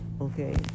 Okay